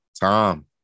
Tom